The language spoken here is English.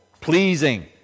pleasing